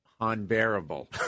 unbearable